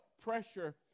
pressure